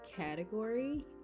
category